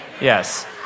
Yes